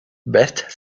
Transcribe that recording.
best